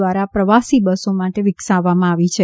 દ્વારા પ્રવાસી બસો માટે વિકસવવામાં આવી છે